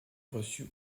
reçut